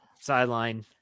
sideline